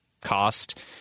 cost